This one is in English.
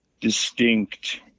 distinct